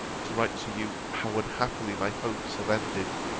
to write to you how unhappily my hopes have ended.